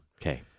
Okay